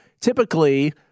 typically